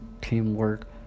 teamwork